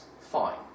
fine